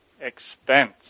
Expense